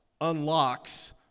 unlocks